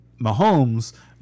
Mahomes